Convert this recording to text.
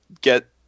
get